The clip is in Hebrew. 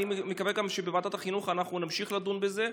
ואני גם מקווה שבוועדת החינוך אנחנו נמשיך לדון בזה,